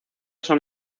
son